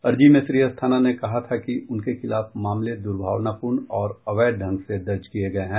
अर्जी में श्री अस्थाना ने कहा था कि उनके खिलाफ मामले दुर्भावनापूर्ण और अवैध ढंग से दर्ज किए गए हैं